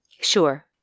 Sure